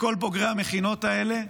לכל בוגרי המכינות האלה?